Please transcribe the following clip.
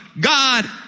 God